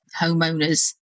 homeowners